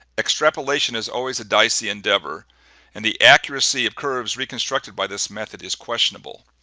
extrapolation is always a dicey endeavor and the accuracy of curves reconstructed by this method is questionable.